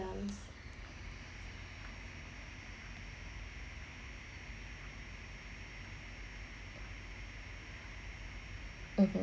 (uh huh)